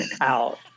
out